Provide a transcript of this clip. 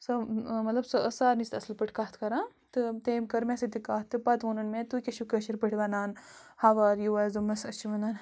سۄ مطلب سۄ ٲس سارنی سۭتۍ اَصٕل پٲٹھۍ کَتھ کَران تہٕ تٔمۍ کٔر مےٚ سۭتۍ تہِ کَتھ تہٕ پَتہٕ ووٚنُن مےٚ تُہۍ کیٛاہ چھُو کٲشِر پٲٹھۍ وَنان ہَو آر یُوَس دوٚپمَس أسۍ چھِ وَنان